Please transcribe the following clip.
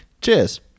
Cheers